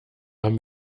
haben